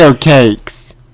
Cakes